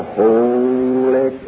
holy